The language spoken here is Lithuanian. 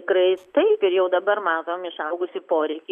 tikrai taip ir jau dabar matom išaugusį poreikį